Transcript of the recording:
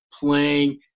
playing